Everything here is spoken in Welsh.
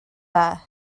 dda